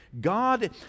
god